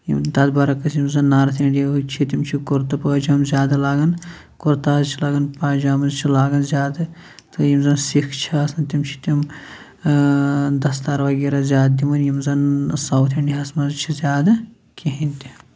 تَتھ بَرعکس یِم زَن نارٕتھ اِنڑیا ہٕکۍ چھِ تِم چھِ کُرتہٕ پٲجام زیادٕ لاگان کُرتاز چھِ لاگان پاجامٕز چھِ لاگان زیادٕ تہٕ یِم زَن سِکھ چھِ آسان تِم چھِ تِم دَستار وَغیرہ زیادٕ دِوان یِم زَن سَوُتھ اِنڑیا ہَس مَنٛز چھُ زیادٕ کِہِیٖنۍ تہِ